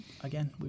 again